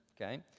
Okay